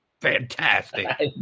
fantastic